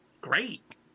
great